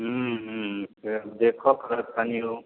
हूँ हूँ फेर देखऽ पड़त कनि ओ